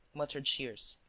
muttered shears.